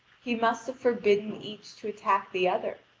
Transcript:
he must have forbidden each to attack the other,